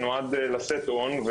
שנועד לשאת הון,